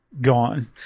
gone